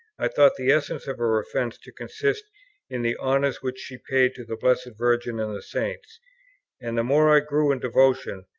i thought the essence of her offence to consist in the honours which she paid to the blessed virgin and the saints and the more i grew in devotion,